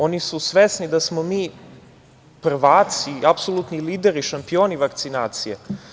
Oni su svesni da smo mi prvaci, apsolutni lideri, šampioni vakcinacije.